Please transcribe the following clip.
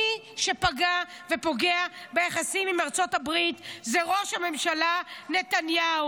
מי שפגע ופוגע ביחסים עם ארצות הברית זה ראש הממשלה נתניהו,